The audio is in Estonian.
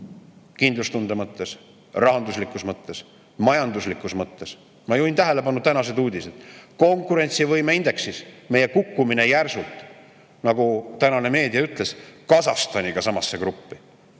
kindlustunde mõttes, rahanduslikus mõttes, majanduslikus mõttes. Ma juhin tähelepanu tänastele uudistele: konkurentsivõime indeksis me kukkusime järsult, nagu tänane meedia ütles, Kasahstaniga samasse gruppi.